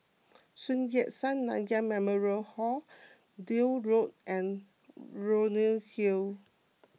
Sun Yat Sen Nanyang Memorial Hall Deal Road and Leonie Hill